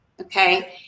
okay